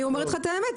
אני אומרת לך את האמת.